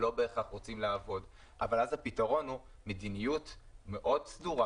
לא בהכרח רוצים לעבוד אבל אז הפתרון הוא מדיניות מאוד סדורה